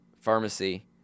pharmacy